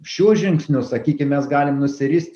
šiuo žingsniu sakykim mes galim nusirist